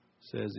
says